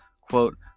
Quote